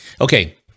Okay